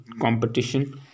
competition